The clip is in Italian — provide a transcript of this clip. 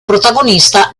protagonista